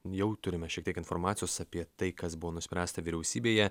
jau turime šiek tiek informacijos apie tai kas buvo nuspręsta vyriausybėje